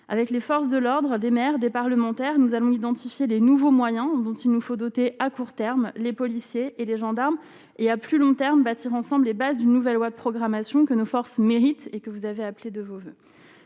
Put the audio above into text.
avec les forces de l'ordre des maires, des parlementaires, nous allons identifier les nouveaux moyens dont il nous faut doter à court terme, les policiers et les gendarmes et à plus long terme bâtir ensemble les bases d'une nouvelle loi de programmation que nos forces mérite et que vous avez appelé de vos voeux,